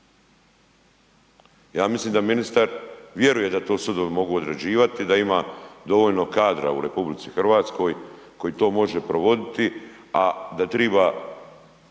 Ja mislim da ministar vjeruje da to sudovi mogu odrađivati i da ima dovoljno kadra u RH koji to može provoditi, a da treba